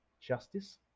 justice